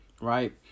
right